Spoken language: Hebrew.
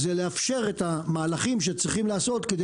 לאפשר את המהלכים שצריכים לעשות כדי